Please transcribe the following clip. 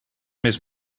més